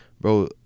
bro